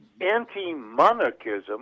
anti-monarchism